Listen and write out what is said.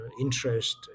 interest